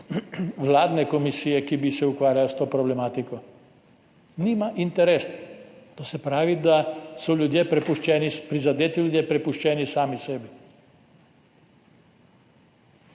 vladne komisije, ki bi se ukvarjala s to problematiko. Nima interesa, to se pravi, da so prizadeti ljudje prepuščeni sami sebi.